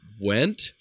went